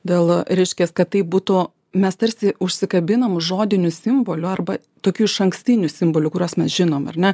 dėl reiškias kad tai būtų mes tarsi užsikabinam už žodinių simbolių arba tokių išankstinių simbolių kuriuos mes žinom ar ne